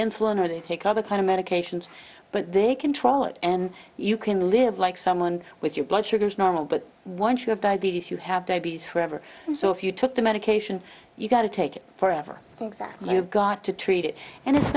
insulin or they take other kind of medications but they control it and you can live like someone with your blood sugar is normal but once you have diabetes you have diabetes forever so if you took the medication you've got to take it for ever things that you've got to treat it and it's